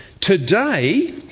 today